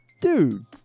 Dude